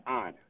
on